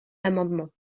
l’amendement